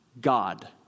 God